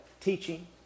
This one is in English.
teaching